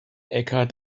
eckhart